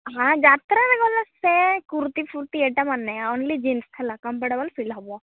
ହାଁ ଯାତ୍ରାରେ ଗଲେ ସେ କୁର୍ତ୍ତୀଫୁର୍ତ୍ତି ଏଇଟା ମୋର ନାହିଁ ଓନଲି ଜିନ୍ସ ହେଲା କମ୍ଫଟେବୁଲ୍ ଫିଲ୍ ହେବ